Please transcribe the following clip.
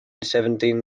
seventeen